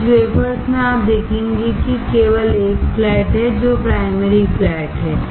कुछ वेफर्स में आप देखेंगे कि केवल एक फ्लैट है जो प्राइमरी फ्लैट है